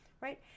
right